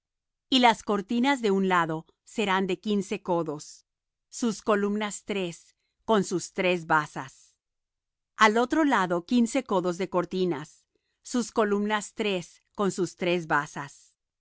y las cortinas del un lado serán de quince codos sus columnas tres con sus tres basas al otro lado quince codos de cortinas sus columnas tres con sus tres basas